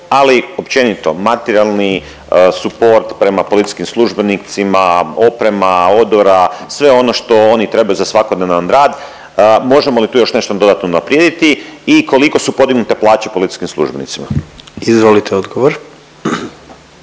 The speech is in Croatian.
ali općenito materijalni suport prema policijskim službenicima, oprema, odora, sve ono što oni trebaju za svakodnevan rad. Možemo li tu još nešto dodatno unaprijediti i koliko su podignute plaće policijskim službenicima. **Jandroković,